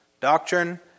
Doctrine